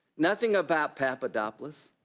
nothing about papadopoulos,